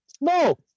No